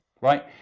right